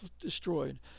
destroyed